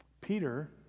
Peter